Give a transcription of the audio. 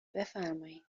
بفرمایین